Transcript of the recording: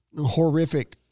horrific